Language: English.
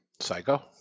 Psycho